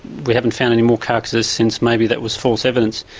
we haven't found any more carcasses since, maybe that was false evidence.